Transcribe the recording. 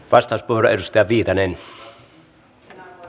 arvoisa herra puhemies